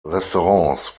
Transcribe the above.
restaurants